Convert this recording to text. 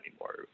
anymore